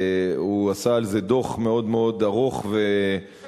עשה על זה דוח מאוד מאוד ארוך ומעניין,